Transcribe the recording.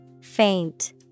Faint